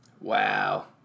Wow